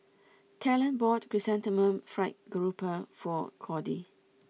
Kellan bought Chrysanthemum Fried Garoupa for Cody